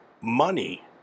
money